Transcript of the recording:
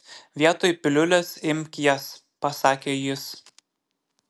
vietoj piliulės imk jas pasakė jis